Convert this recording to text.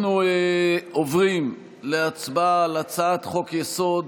אנחנו עוברים להצבעה על הצעת חוק-יסוד